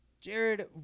Jared